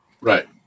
Right